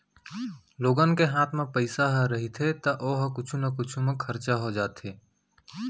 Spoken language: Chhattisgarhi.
लोगन के हात म पइसा ह रहिथे त ओ ह कुछु न कुछु म खरचा हो जाथे